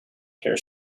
hair